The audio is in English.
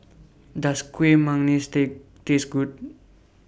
Does Kuih Manggis Take Taste Good